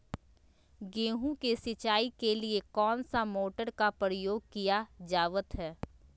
गेहूं के सिंचाई के लिए कौन सा मोटर का प्रयोग किया जावत है?